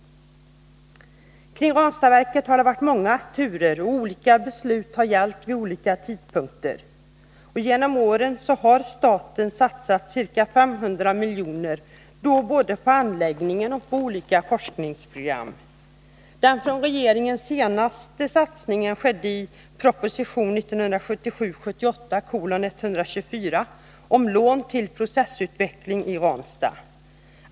Kring Ranstadverket har det varit många turer, och olika beslut har gällt vid olika tidpunkter. Genom åren har staten satsat ca 500 milj.kr. på anläggningen och på olika forskningsprogram. Den senaste satsningen från regeringens sida skedde i proposition 1977/78:124 om lån till processutveckling i Ranstad.